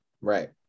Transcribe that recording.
right